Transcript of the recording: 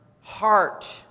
heart